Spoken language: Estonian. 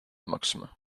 maksma